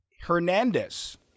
Hernandez